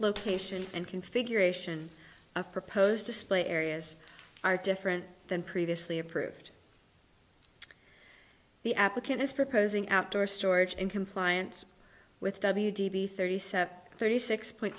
location and configuration of proposed display areas are different than previously approved the applicant is proposing outdoor storage in compliance with w d b thirty seven thirty six point